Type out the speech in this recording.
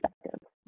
perspective